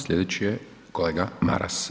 Sljedeći je kolega Maras.